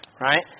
Right